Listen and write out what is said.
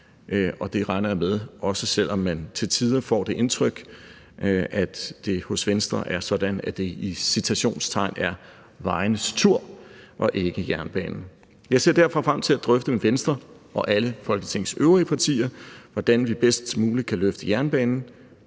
Det regner jeg med, også selv om man til tider får det indtryk, at det hos Venstre er sådan, at det – i citationstegn – er vejenes tur og ikke jernbanens. Jeg ser derfor frem til at drøfte med Venstre og alle Folketingets øvrige partier, hvordan vi bedst muligt kan løfte jernbanen